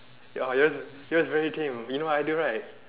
your yours yours very tame we no idea right